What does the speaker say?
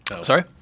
sorry